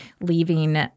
leaving